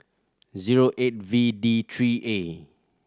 zero eight V D three A